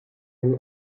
hin